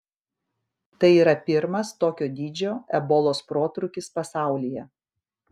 tai yra pirmas tokio dydžio ebolos protrūkis pasaulyje